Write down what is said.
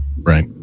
Right